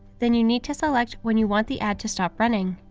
then you need to select when you want the ad to stop running.